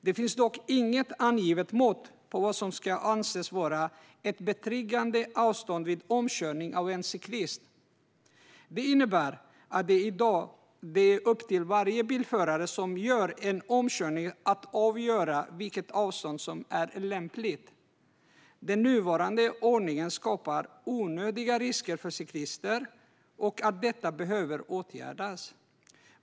Det finns dock inget angivet mått på vad som ska anses vara ett betryggande avstånd vid omkörning av en cyklist. Det innebär att det i dag är upp till varje bilförare som gör en omkörning att avgöra vilket avstånd som är lämpligt. Den nuvarande ordningen skapar onödiga risker för cyklister. Detta behöver åtgärdas.